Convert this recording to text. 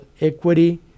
equity